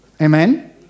Amen